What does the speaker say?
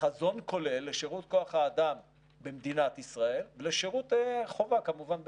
חזון כולל לשירות כוח האדם במדינת ישראל ולשירות חובה כמובן בצה"ל.